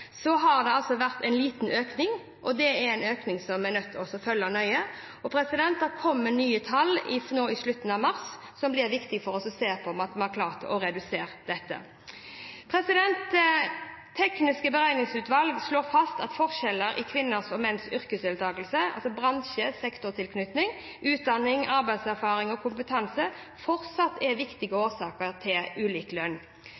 har det vært en liten økning, og det er en økning vi er nødt til å følge nøye. Det kommer nye tall i slutten av mars som det er viktig for oss å se på, med tanke på om vi har klart å redusere dette. Teknisk beregningsutvalg slår fast at forskjeller i kvinners og menns yrkesdeltakelse, bransje/sektortilknytning, utdanning, arbeidserfaring og kompetanse fortsatt er viktige årsaker til ulik lønn.